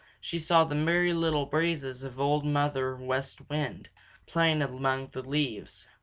she saw the merry little breezes of old mother west wind playing among the leaves.